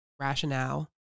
rationale